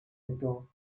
esto